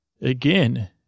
again